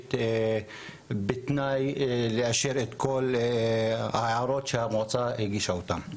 התוכנית בתנאי שתאשר את כל ההערות שהמועצה הגישה אותם.